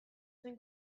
zen